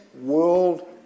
world